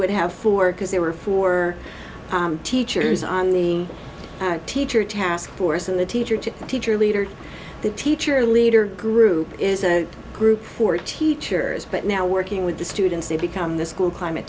would have four because there were four teachers on the teacher task force and the teacher to teacher leader the teacher leader group is a group for teachers but now working with the students they become the school climate